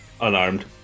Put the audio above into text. unarmed